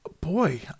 boy